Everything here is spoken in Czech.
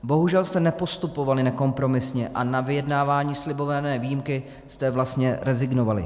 Bohužel jste nepostupovali nekompromisně a na vyjednávání slibované výjimky jste vlastně rezignovali.